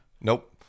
Nope